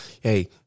Hey